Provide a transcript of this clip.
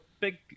big